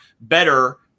better